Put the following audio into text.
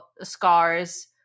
scars